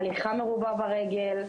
הליכה מרובה ברגל,